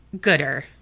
gooder